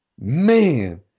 man